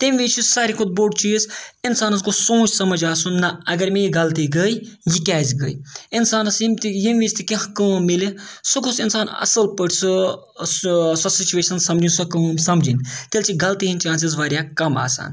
تمہِ وِز چھُ ساروِی کھۄتہٕ بوٚڑ چیٖز اِنسانَس گوٚژھ سونٛچ سَمٕجھ آسُن نہ اگر مےٚ یہِ غلطی گٔے یہِ کیٛازِ گٔے اِنسانَس یِم تہِ ییٚمہِ وِز تہِ کینٛہہ کٲم مِلہِ سُہ گوٚژھ اِنسان اَصٕل پٲٹھۍ سُہ سُہ سۄ سُچویشَن سَمجھِنۍ سۄ کٲم سَمجھِنۍ تیٚلہِ چھِ غلطی ہِنٛدۍ چانسٕز واریاہ کَم آسان